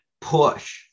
push